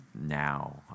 now